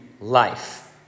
life